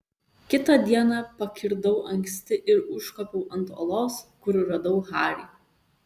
kitą dieną pakirdau anksti ir užkopiau ant uolos kur radau harį